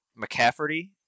McCafferty